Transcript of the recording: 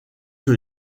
que